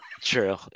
True